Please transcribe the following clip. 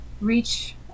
reach